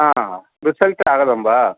हा रिसल्ट् आगतं वा